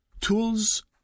tools